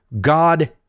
God